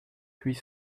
huit